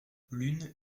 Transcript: l’une